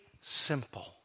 simple